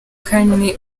kane